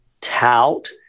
tout